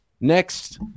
Next